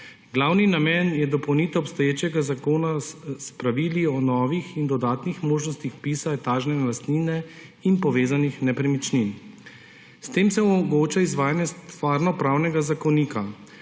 Glavni namen je dopolnitev obstoječega zakona s pravili o novih in dodatnih možnostih vpisa etažne lastnine in povezanih nepremičnin. S tem se omogoča izvajanje Stvarnopravnega zakonika.